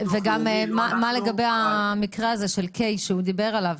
וגם מה לגבי המקרה של אליהו קיי שהוא דיבר עליו,